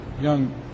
young